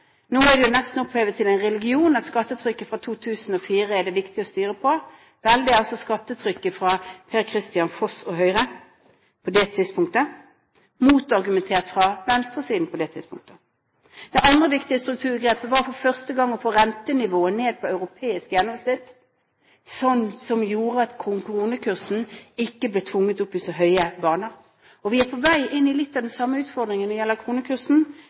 Nå er det jo nesten opphøyet til en religion at det er viktig å styre etter skattetrykket fra 2004. Vel, det er altså skattetrykket fra Per-Kristian Foss og Høyre på det tidspunktet, motargumentert fra venstresiden på det tidspunktet. Det andre viktige strukturgrepet var for første gang å få rentenivået ned på europeisk gjennomsnitt, som gjorde at kronekursen ikke ble tvunget opp i så høye baner, og vi er på vei inn i litt av den samme utfordringen når det gjelder kronekursen,